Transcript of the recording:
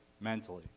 mentally